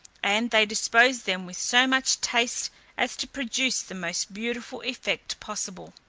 and they disposed them with so much taste as to produce the most beautiful effect possible.